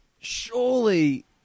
Surely